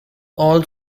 all